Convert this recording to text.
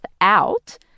out